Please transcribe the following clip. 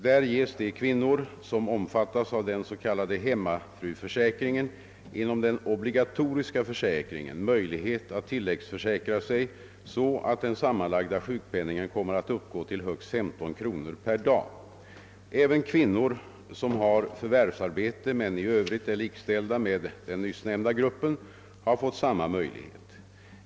Där ges de kvinnor, som omfattas av den s.k. hemmafruförsäkringen inom den obligatoriska försäkringen, möjlighet att tilläggsförsäkra sig, så att den sammanlagda sjukpenningen kommer att uppgå till högst 15 kronor per dag. även kvinnor som har förvärvsarbete men i övrigt är likställda med den nyssnämnda gruppen har fått samma möjlighet.